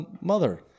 mother